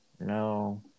no